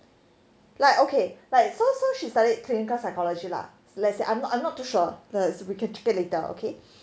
like okay so so she studied clinical psychology lah let's say I'm not I'm not too sure that's we can check it out later okay